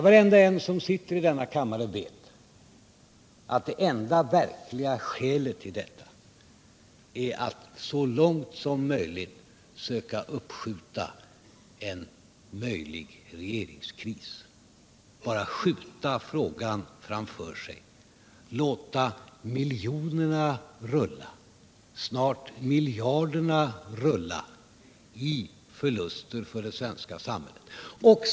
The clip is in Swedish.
Varenda en som sitter i denna kammare vet att det enda verkliga skälet är att man så länge som möjligt vill söka undvika en regeringskris genom att bara skjuta frågan framför sig och låta miljonerna — snart miljarderna — rulla i förluster för det svenska samhället.